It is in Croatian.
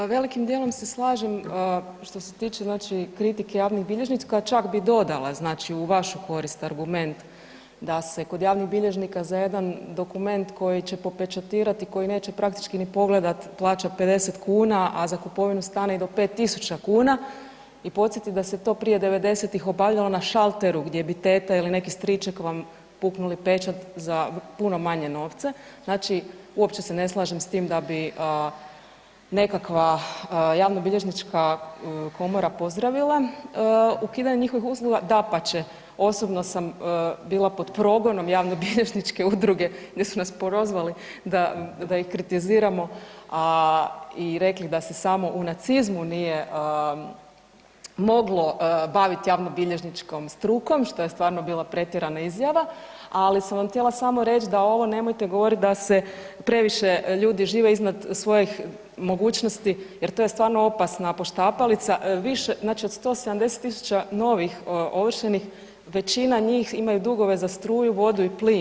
Pa velikim djelom se slažem što se tiče znači kritike javnih bilježnika, čak bi dodala znači u vašu korist argument da se kod javnih bilježnika za jedan dokument koji će popečatirati, koji neće praktički ni pogledat, plaćat 50 kn, a za kupovinu stana i do 5 000 kn, i podsjetiti da se to prije 90-ih obavljalo na šalteru gdje bi tete ili neki striček vam puknuli pečat za puno manje novce, znači uopće se ne slažem s time da bi nekakva javnobilježnička komora pozdravila ukidanje njihovih usluga, dapače, osobno sam bila pod progon javnobilježničke udruge gdje su nas prozvali da ih kritiziramo a i rekli da se samo u nacizmu nije moglo baviti javnobilježničkom strukom, što je stvarno bila pretjerana izjava, ali sam vam htjela samo reć da ovo nemojte govoriti da se previše ljudi žive iznad svojih mogućnosti jer to je stvarno opasna poštapalica, više, znači od 170 000 novih ovršenih, većina njih imaju dugove za struju, vodu i plin.